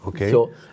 Okay